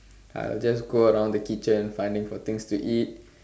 I'll just go around the kitchen finding for things to eat